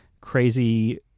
crazy